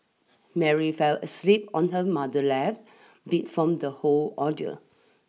Mary fell asleep on her mother lap beat from the whole ordeal